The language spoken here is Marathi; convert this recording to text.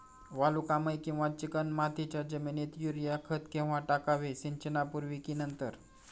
वालुकामय किंवा चिकणमातीच्या जमिनीत युरिया खत केव्हा टाकावे, सिंचनापूर्वी की नंतर?